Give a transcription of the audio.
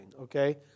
okay